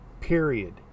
period